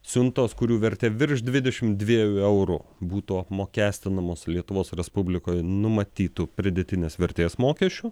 siuntos kurių vertė virš dvidešim dviejų eurų būtų apmokestinamos lietuvos respublikoj numatytu pridėtinės vertės mokesčiu